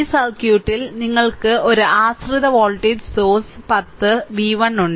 ഈ സർക്യൂട്ടിൽ നിങ്ങൾക്ക് ഒരു ആശ്രിത വോൾട്ടേജ് സോഴ്സ് 10 v1 ഉണ്ട്